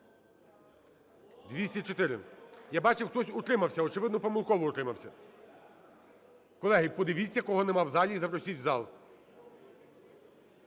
За-204 Я бачу, хтось утримався, очевидно, помилково утримався. Колеги, подивіться, кого нема в залі, і запросіть в зал.